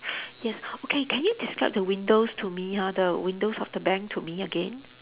yes okay can you describe the windows to me ha the windows of the bank to me again